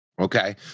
Okay